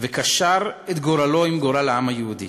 וקשר את גורלו עם גורל העם היהודי.